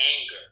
anger